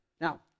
Now